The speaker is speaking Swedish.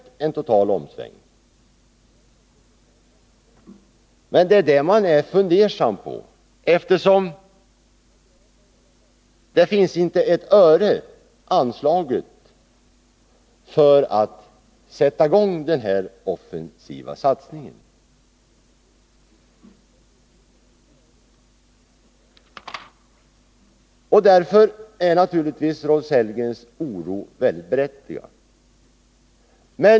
Men det är också det man är fundersam inför, eftersom inte ett enda öre anslagits för igångsättandet av denna offensiva satsning. Därför är naturligtvis Rolf Sellgrens oro berättigad.